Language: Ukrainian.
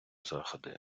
заходи